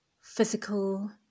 physical